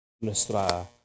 nuestra